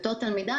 בתור תלמידה,